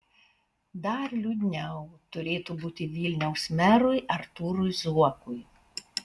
dar liūdniau turėtų būti vilniaus merui artūrui zuokui